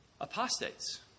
apostates